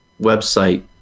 website